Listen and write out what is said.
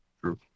True